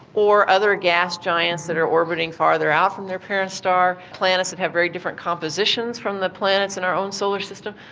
or other gas giants that are orbiting farther out from their parent star, planets that have very different compositions from the planets in our own solar system.